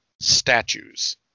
statues